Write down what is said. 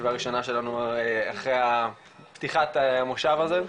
ישיבה ראשונה שלנו אחרי פתיחת המושב הזה.